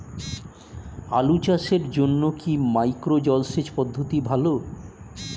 আলু চাষের জন্য কি মাইক্রো জলসেচ পদ্ধতি ভালো?